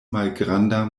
malgranda